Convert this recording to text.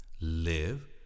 live